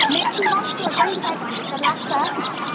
maximum त्यो twenty five hundred त लाग्छ